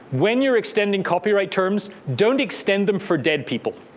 when you're extending copyright terms, don't extend them for dead people.